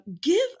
give